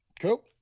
Cool